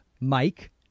Mike